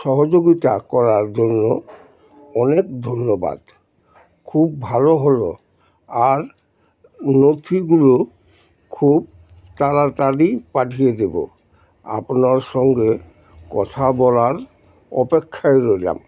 সহযোগিতা করার জন্য অনেক ধন্যবাদ খুব ভালো হলো আর নথিগুলো খুব তাড়াতাড়ি পাঠিয়ে দেবো আপনার সঙ্গে কথা বলার অপেক্ষায় রইলাম